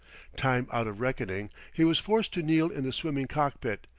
time out of reckoning he was forced to kneel in the swimming cockpit,